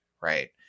right